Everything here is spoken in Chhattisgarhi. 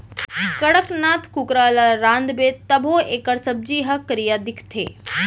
कड़कनाथ कुकरा ल रांधबे तभो एकर सब्जी ह करिया दिखथे